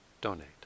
donate